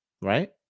Right